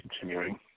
continuing